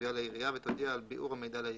הגבייה לעירייה ותודיע על ביעור המידע לעירייה,